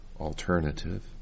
alternative